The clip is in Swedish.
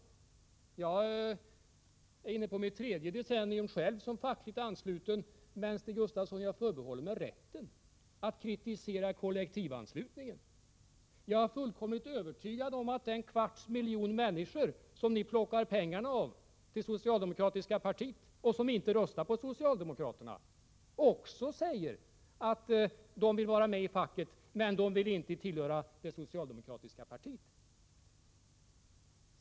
Jag är själv inne på mitt tredje decennium som fackligt ansluten. Men jag förbehåller mig rätten, Stig Gustafsson, att kritisera kollektivanslutningen. Jag är fullkomligt övertygad om att den kvarts miljon människor som ni plockar pengar av till det socialdemokratiska partiet men som inte röstar på socialdemokraterna också säger att de vill vara med i facket men inte vill tillhöra det socialdemokratiska partiet.